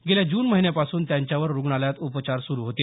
गेल्या जून महिन्यापासून त्यांच्यावर रुग्णालयात उपचार सुरू होते